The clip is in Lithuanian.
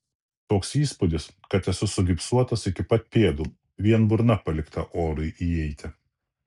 toks įspūdis kad esu sugipsuotas iki pat pėdų vien burna palikta orui įeiti